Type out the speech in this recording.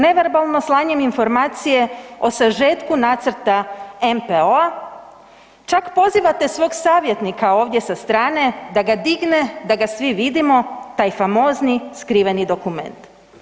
Neverbalno, slanjem informacije o sažetku nacrta NPO-a, čak pozivate svog savjetnika ovdje sa strane da ga digne, da ga svi vidimo taj famozni skriveni dokument.